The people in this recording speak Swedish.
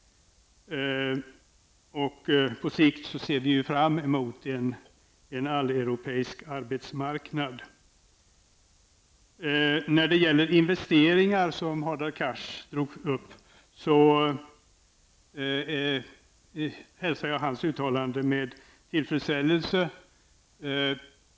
På sikt ser vi fram emot en alleuropeisk arbetsmarknad. Hadar Cars tog upp frågan om investeringar. Jag hälsar hans uttalande med tillfredsställelse.